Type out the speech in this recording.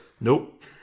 Nope